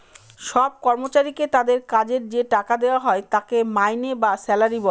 সব কর্মচারীকে তাদের কাজের যে টাকা দেওয়া হয় তাকে মাইনে বা স্যালারি বলে